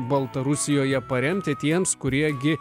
baltarusijoje paremti tiems kurie gi